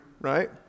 right